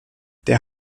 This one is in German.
der